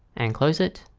and close it